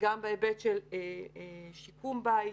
גם בהיבט של שיקום בית,